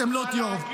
אתם כבר לא תהיו הרוב.